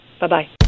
Bye-bye